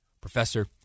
professor